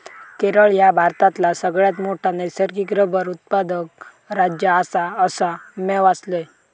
केरळ ह्या भारतातला सगळ्यात मोठा नैसर्गिक रबर उत्पादक राज्य आसा, असा म्या वाचलंय